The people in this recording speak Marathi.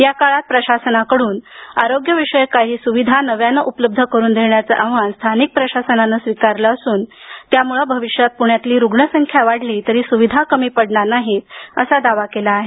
या काळात प्रशासनाकडून आरोग्यविषयक काही स्विधा नव्यानं उपलब्ध करून देण्याचं आव्हान स्थानिक प्रशासनानं स्वीकारलं असून त्यामुळं भविष्यात पुण्यातील रुग्णसंख्या वाढली तरी सुविधा कमी पडणार नाहीत असा दावा केला आहे